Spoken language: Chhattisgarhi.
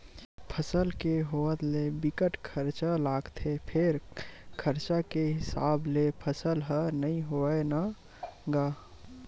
फसल के होवत ले बिकट खरचा लागथे फेर खरचा के हिसाब ले फसल ह नइ होवय न गा